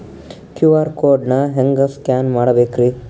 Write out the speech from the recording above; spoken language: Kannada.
ಕ್ಯೂ.ಆರ್ ಕೋಡ್ ನಾ ಹೆಂಗ ಸ್ಕ್ಯಾನ್ ಮಾಡಬೇಕ್ರಿ?